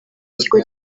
kigo